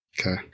Okay